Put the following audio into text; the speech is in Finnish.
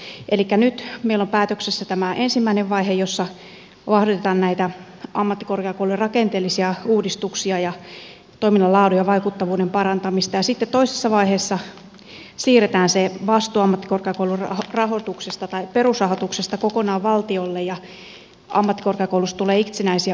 nyt meillä on päätöksessä tämä ensimmäinen vaihe jossa vauhditetaan näitä ammattikorkeakoulujen rakenteellisia uudistuksia ja toiminnan laadun ja vaikuttavuuden parantamista ja sitten toisessa vaiheessa siirretään se vastuu ammattikorkeakoulun rahoituksesta tai perusrahoituksesta kokonaan valtiolle ja ammattikorkeakouluista tulee itsenäisiä oikeushenkilöitä